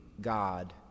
God